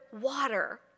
water